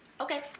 Okay